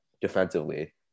defensively